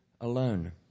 alone